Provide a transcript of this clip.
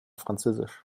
französisch